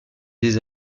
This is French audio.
des